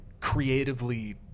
creatively